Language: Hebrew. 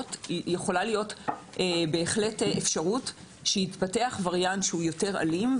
יכולה להיות בהחלט אפשרות שיתפתח וריאנט שהוא יותר אלים,